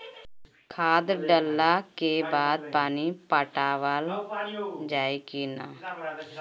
खाद डलला के बाद पानी पाटावाल जाई कि न?